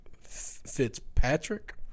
Fitzpatrick